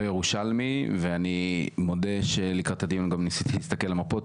אז אני לא ירושלמי ואני מודה שלקראת הדיון גם ניסיתי להסתכל על המפות,